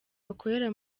bakorera